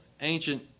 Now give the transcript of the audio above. ancient